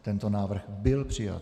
Tento návrh byl přijat.